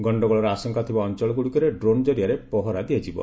ଗଣ୍ଡଗୋଳର ଆଶଙ୍କା ଥିବା ଅଞ୍ଚଳଗୁଡ଼ିକରେ ଡ୍ରୋନ୍ ଜରିଆରେ ପହରା ଦିଆଯିବ